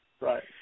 Right